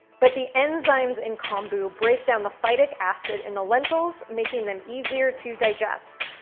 but the enzymes in kombu break down the phytic acid in the lentils, making them easier to digest.